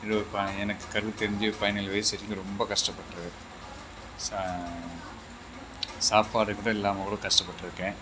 இன்னொரு பா எனக்கு கருத்து தெரிஞ்சு பதினேழு வயது வரைக்கும் ரொம்ப கஷ்டபட்டிருக்கேன் சா சாப்பாடு கூட இல்லாமல் கூட கஷ்டப்பட்டிருக்கேன்